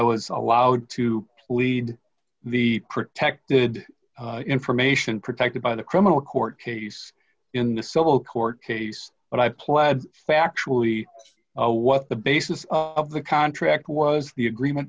was allowed to lead the protected information protected by the criminal court case in the civil court case but i pled factually what the basis of the contract was the agreement